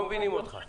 לא מבינים אותך.